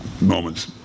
moments